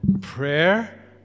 prayer